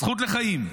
הזכות לחיים.